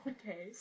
Okay